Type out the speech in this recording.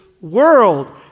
world